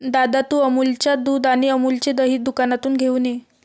दादा, तू अमूलच्या दुध आणि अमूलचे दही दुकानातून घेऊन ये